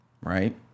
right